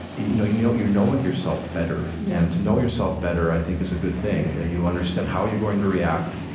you know you know you're knowing yourself better. and to know yourself better, i think, is a good thing. you understand how you're going to react,